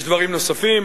יש דברים נוספים: